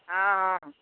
हँ हँ